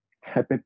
happy